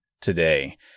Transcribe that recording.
today